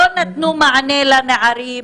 לא נתנו מענה לנערים,